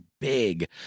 big